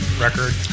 record